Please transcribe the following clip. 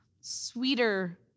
sweeter